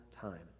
time